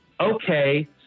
Okay